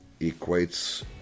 equates